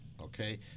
okay